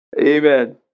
Amen